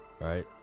right